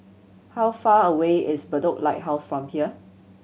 how far away is Bedok Lighthouse from here